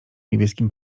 niebieskim